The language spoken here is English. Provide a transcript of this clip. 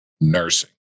Nursing